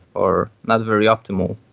or not very optimal,